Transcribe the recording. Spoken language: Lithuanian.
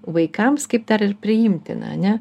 vaikams kaip dar ir priimtina ar ne